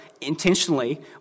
intentionally